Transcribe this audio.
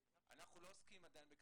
אנחנו רוצים להגן על עסקים קטנים,